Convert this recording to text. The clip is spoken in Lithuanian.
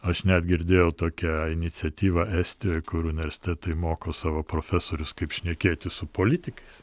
aš net girdėjau tokią iniciatyvą estijoj kur universitetai moko savo profesorius kaip šnekėtis su politikais